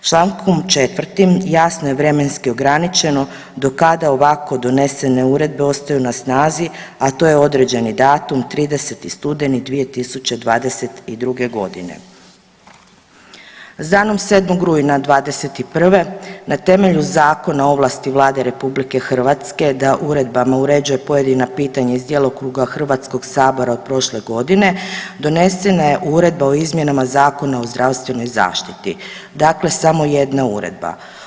Člankom 4. jasno je vremenski ograničeno do kada ovako donesene uredbe ostaju na snazi, a to je određeni datum 30. studeni 2022.g. S danom 7. rujna '21. na temelju Zakona o ovlasti Vlade RH da uredbama uređuje pojedina pitanja iz djelokruga HS od prošle godine donesena je Uredba o izmjenama Zakona o zdravstvenoj zaštiti, dakle samo jedna uredba.